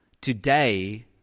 today